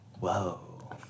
Whoa